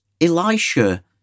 Elisha